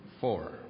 Four